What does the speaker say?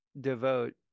devote